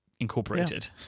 Incorporated